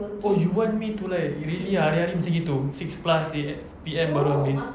oh you want me to like really ah hari-hari macam gitu six plus A_M P_M baru habis